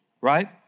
Right